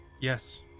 yes